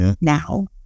now